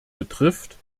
betrifft